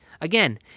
Again